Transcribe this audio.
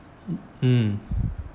mm